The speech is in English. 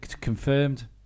Confirmed